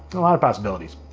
a lot of possibilities.